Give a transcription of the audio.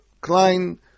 Klein